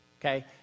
okay